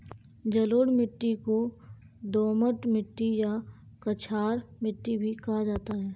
जलोढ़ मिट्टी को दोमट मिट्टी या कछार मिट्टी भी कहा जाता है